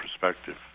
perspective